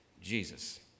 Jesus